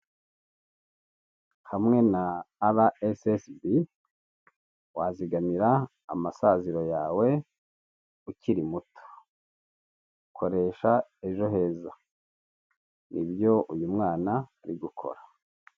Hamwe na arayesesibi, wazigamira amasaziro yawe ukiri muto. Koresha ejo heza. Ni byo uyu mwana ari gukora.